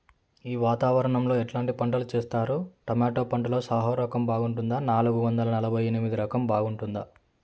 ఈ వాతావరణం లో ఎట్లాంటి పంటలు చేస్తారు? టొమాటో పంటలో సాహో రకం బాగుంటుందా నాలుగు వందల నలభై ఎనిమిది రకం బాగుంటుందా?